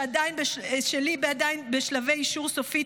שעדיין בשלבי אישור סופי,